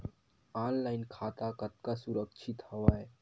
Online खाता कतका सुरक्षित हवय?